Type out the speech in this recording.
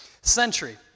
century